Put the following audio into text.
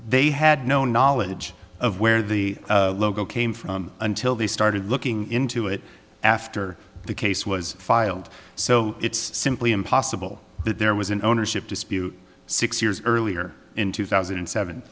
they had no knowledge of where the logo came from until they started looking into it after the case was filed so it's simply impossible that there was an ownership dispute six years earlier in two thousand and seven